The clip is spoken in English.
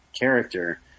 character